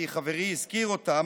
כי חברי הזכיר אותם,